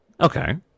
Okay